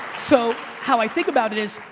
so, how i think about it is,